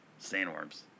sandworms